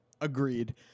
Agreed